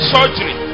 Surgery